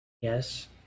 Yes